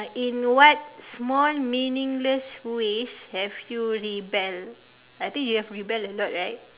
in what small meaningless ways have you rebel I think you have rebel a lot right